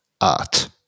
art